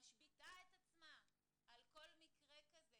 משביתה את עצמה על כל מקרה כזה,